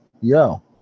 yo